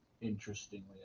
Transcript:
Interestingly